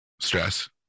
Stress